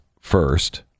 first